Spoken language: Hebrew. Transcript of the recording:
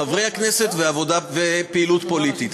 חברי הכנסת ופעילות פוליטית.